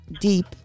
deep